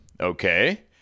okay